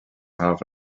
half